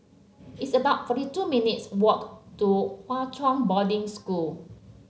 it's about forty two minutes walk to Hwa Chong Boarding School